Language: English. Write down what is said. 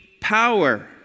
power